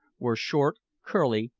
were short, curly,